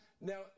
Now